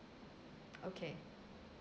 okay